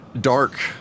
dark